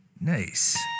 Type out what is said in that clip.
Nice